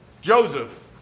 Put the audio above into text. Joseph